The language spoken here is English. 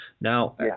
Now